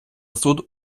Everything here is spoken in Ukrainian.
суд